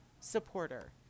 supporter